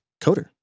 Coder